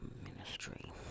ministry